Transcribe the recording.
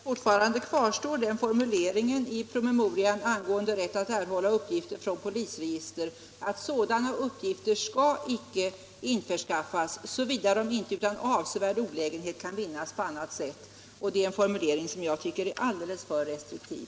Herr talman! Fortfarande kvarstår den formulering i promemorian angående rätt att erhålla uppgifter från polisregister som säger att sådana uppgifter inte skall införskaffas såvida de ”inte utan avsevärd olägenhet kan vinnas på annat sätt”. Det är en formulering som jag tycker är alldeles för restriktiv.